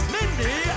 Mindy